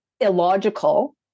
illogical